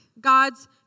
God's